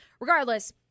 Regardless